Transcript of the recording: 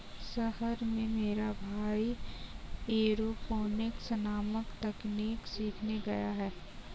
शहर में मेरा भाई एरोपोनिक्स नामक तकनीक सीखने गया है